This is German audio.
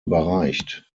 überreicht